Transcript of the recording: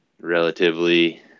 relatively